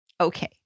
Okay